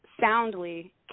soundly